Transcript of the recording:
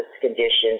conditions